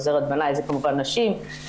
עוזרת במאי זה כמובן נשים,